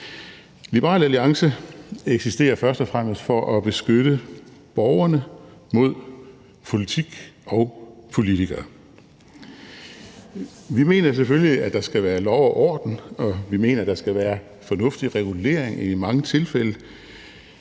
Liberal Alliance eksisterer først og fremmest for at beskytte borgerne mod politik og politikere. Vi mener selvfølgelig, at der skal være lov og orden, og vi mener, der skal være fornuftig regulering i mange tilfælde.